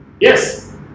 Yes